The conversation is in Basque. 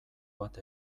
bat